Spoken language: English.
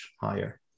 higher